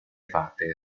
fate